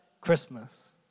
Christmas